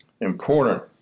important